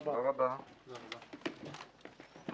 הישיבה ננעלה בשעה